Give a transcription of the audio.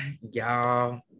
y'all